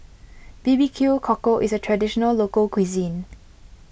B B Q Cockle is a Traditional Local Cuisine